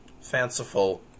fanciful